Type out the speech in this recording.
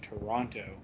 toronto